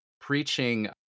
preaching